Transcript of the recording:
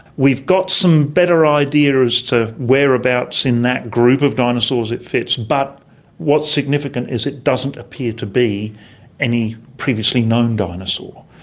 we've got some better ideas as to whereabouts in that group of dinosaurs it fits, but what is significant is it doesn't appear to be any previously known dinosaur.